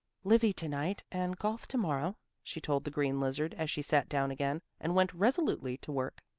livy to-night and golf to-morrow, she told the green lizard, as she sat down again and went resolutely to work.